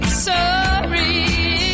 sorry